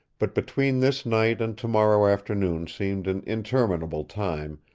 but between this night and tomorrow afternoon seemed an interminable time,